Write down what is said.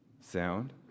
sound